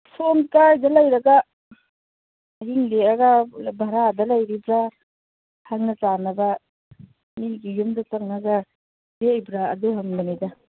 ꯁꯣꯝ ꯀꯥꯏꯗ ꯂꯩꯔꯒ ꯑꯍꯤꯡ ꯂꯦꯛꯑꯒ ꯚꯔꯥꯗ ꯂꯩꯔꯤꯕ꯭ꯔ ꯈꯪꯅ ꯆꯥꯟꯅꯕ ꯃꯤꯒꯤ ꯌꯨꯝꯗ ꯆꯪꯉꯒ ꯂꯦꯛꯏꯕ꯭ꯔ ꯑꯗꯨ ꯍꯪꯕꯅꯤꯗ